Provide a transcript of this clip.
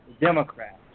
Democrats